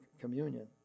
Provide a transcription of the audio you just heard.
communion